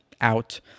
out